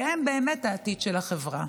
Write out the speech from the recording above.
כי הם באמת העתיד של החברה.